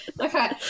Okay